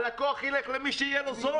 הלקוח ילך למי שיהיה לו זול.